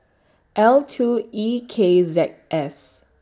L two E K Z S